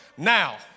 Now